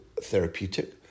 therapeutic